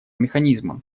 механизмом